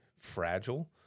fragile